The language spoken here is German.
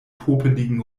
popeligen